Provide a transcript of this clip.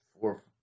four